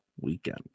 weekend